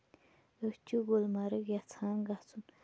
أسۍ چھِ گُلمَرٕگ یَژھان گژھُن